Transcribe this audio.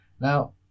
now